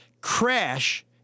Crash